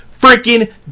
Freaking